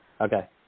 Okay